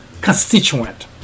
constituent